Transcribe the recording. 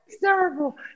terrible